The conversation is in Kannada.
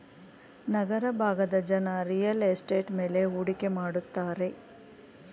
ನಗರ ಭಾಗದ ಜನ ರಿಯಲ್ ಎಸ್ಟೇಟ್ ಮೇಲೆ ಹೂಡಿಕೆ ಮಾಡುತ್ತಾರೆ